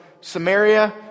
Samaria